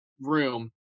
room